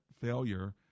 failure